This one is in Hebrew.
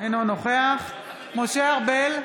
אינו נוכח משה ארבל,